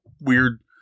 weird